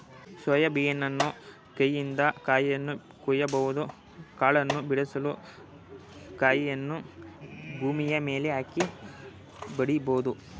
soya ಬೀನನ್ನು ಕೈಯಿಂದ ಕಾಯಿಯನ್ನು ಕೊಯ್ಯಬಹುದು ಕಾಳನ್ನು ಬಿಡಿಸಲು ಕಾಯಿಯನ್ನು ಭೂಮಿಯ ಮೇಲೆ ಹಾಕಿ ಬಡಿಬೋದು